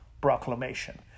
proclamation